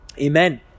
Amen